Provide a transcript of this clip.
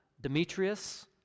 Demetrius